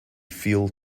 feel